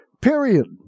Period